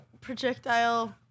projectile